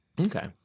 Okay